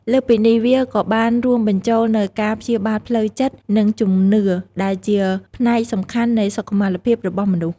លើសពីនេះ វាក៏បានរួមបញ្ចូលនូវការព្យាបាលផ្លូវចិត្ត និងជំនឿ ដែលជាផ្នែកសំខាន់នៃសុខុមាលភាពរបស់មនុស្ស។